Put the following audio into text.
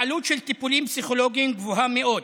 העלות של טיפולים פסיכולוגיים גבוהה מאוד.